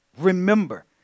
remember